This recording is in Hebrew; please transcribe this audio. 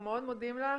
אנחנו מאוד מודים לך.